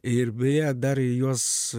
ir beje dar juos